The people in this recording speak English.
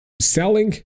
selling